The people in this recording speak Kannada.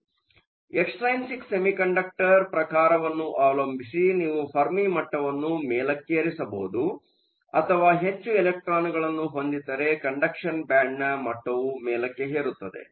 ಆದ್ದರಿಂದ ಎಕ್ಸ್ಟ್ರೈನ್ಸಿಕ್ ಸೆಮಿಕಂಡಕ್ಟರ್ ಪ್ರಕಾರವನ್ನು ಅವಲಂಬಿಸಿ ನೀವು ಫೆರ್ಮಿ ಮಟ್ಟವನ್ನು ಮೇಲೆಕ್ಕೆರಿಸಬಹುದು ಅಥವಾ ಹೆಚ್ಚು ಎಲೆಕ್ಟ್ರಾನ್ಗಳನ್ನು ಹೊಂದಿದ್ದರೆ ಕಂಡಕ್ಷನ್ ಬ್ಯಾಂಡ್ನ ಮಟ್ಟವು ಮೇಲಕ್ಕೆ ಎರುತ್ತದೆ